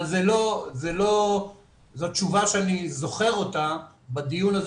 אבל זו תשובה שאני זוכר אותה בדיון הזה